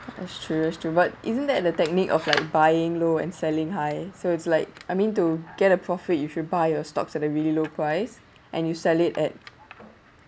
that's true that's true but isn't that the technique of like buying low and selling high so it's like I mean to get a profit you should buy your stocks at a really low price and you sell it at